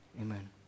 Amen